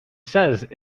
says